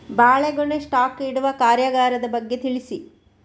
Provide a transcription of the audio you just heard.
ಬಾಳೆಗೊನೆ ಸ್ಟಾಕ್ ಇಡುವ ಕಾರ್ಯಗಾರದ ಬಗ್ಗೆ ತಿಳಿಸಿ